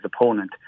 opponent